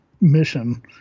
mission